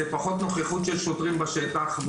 זה פחות נוכחות של שוטרים בשטח.